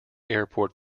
airport